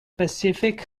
pacific